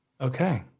Okay